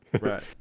Right